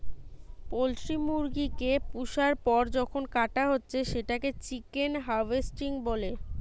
poultry মুরগি কে পুষার পর যখন কাটা হচ্ছে সেটাকে চিকেন হার্ভেস্টিং বলে